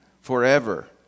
forever